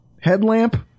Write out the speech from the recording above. Headlamp